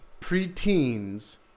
preteens